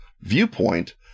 viewpoint